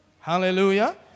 Hallelujah